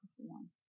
perform